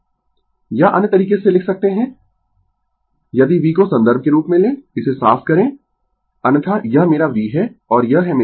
Refer Slide Time 1607 या अन्य तरीके से लिख सकते है यदि v को संदर्भ के रूप में लें इसे साफ करें अन्यथा यह मेरा v है और यह है मेरा